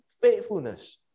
faithfulness